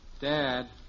Dad